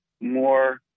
more